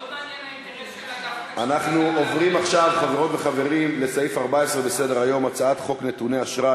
אני קובע כי הצעת חוק להעמקת גביית